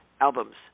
albums